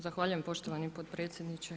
Zahvaljujem poštovani potpredsjedniče.